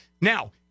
Now